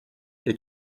est